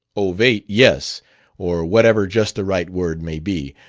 ovate, yes or whatever just the right word may be.